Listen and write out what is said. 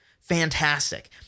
Fantastic